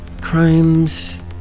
crimes